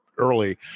early